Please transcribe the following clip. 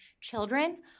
children